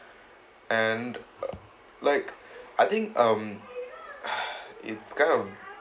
and like I think um it's kind of